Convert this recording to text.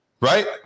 Right